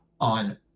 on